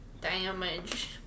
Damage